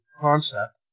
concept